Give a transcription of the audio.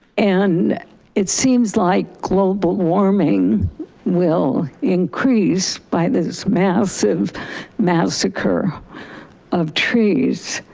and it seems like global warming will increase by this massive massacre of trees.